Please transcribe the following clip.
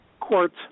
courts